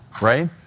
right